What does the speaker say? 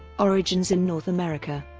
origins in north america